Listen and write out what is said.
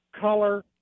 color